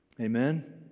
Amen